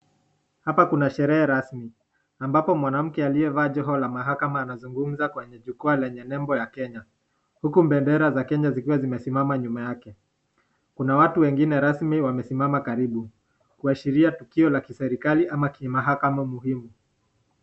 Hapa kuna sherehe rasmi ambapo, mwanamke aliye valia joho la kimahakama anazungumza kwenye jukwaa lenye lembo za kenya, huku bendera za kenya zikiwa zimesimama nyuma yake, kuna watu wengine rasmi wamesimama karibu, kuashiria kua ni tukio la kiserikali ama kimahakama muhimu.